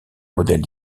modèles